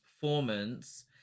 performance